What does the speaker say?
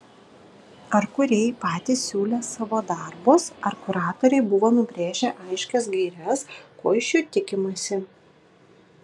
ar kūrėjai patys siūlė savo darbus ar kuratoriai buvo nubrėžę aiškias gaires ko iš jų tikimasi